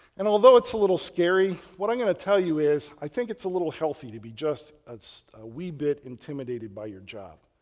and although it's a little scary, what i'm going to tell you is i think it's a little healthy to be just a wee bit intimated by your job.